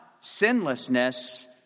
sinlessness